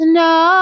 no